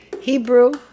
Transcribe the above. Hebrew